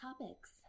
topics